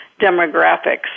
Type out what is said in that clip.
demographics